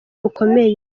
bukomeye